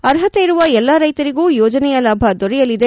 ಅರ್ಹತೆ ಇರುವ ಎಲ್ಲಾ ರೈತರಿಗೂ ಯೋಜನೆಯ ಲಾಭ ದೊರೆಯಲಿದೆ